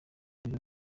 ibiro